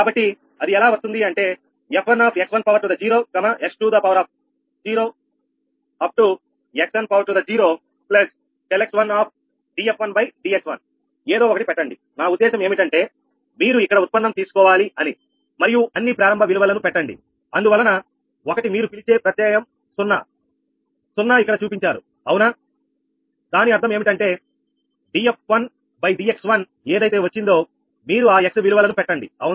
కాబట్టి అది ఎలా వస్తుంది అంటే 𝑓1x1 x2 up to xn ∆x1 df1dx1 ఏదో ఒకటి పెట్టండి నా ఉద్దేశం ఏమిటంటే మీరు ఇక్కడ ఉత్పన్నం తీసుకోవాలి అని మరియు అన్ని ప్రారంభ విలువలను పెట్టండి అందువలన ఒకటి మీరు పిలిచే ప్రత్యయం 0 0 ఇక్కడ చూపించారు అవునా దాని అర్థం ఏమిటంటే df1dx1 ఏదైతే వచ్చిందో మీరు ఆ x విలువలను పెట్టండి అవునా